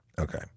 Okay